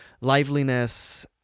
liveliness